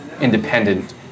independent